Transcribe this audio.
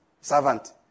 servant